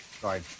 Sorry